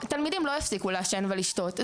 תלמידים לא יפסיקו לעשן ולשתות,